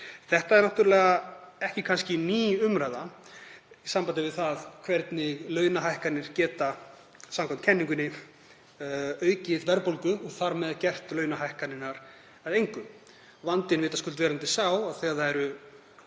Þetta er náttúrlega ekki ný umræða í sambandi við það hvernig launahækkanir geta samkvæmt kenningunni aukið verðbólgu og þar með gert launahækkanirnar að engu. Vandinn er vitaskuld sá að þegar það eru